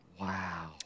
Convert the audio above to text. wow